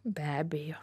be abejo